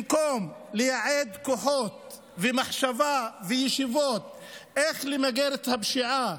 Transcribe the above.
במקום לייעד כוחות ומחשבה וישיבות איך למגר את הפשיעה